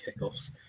kickoffs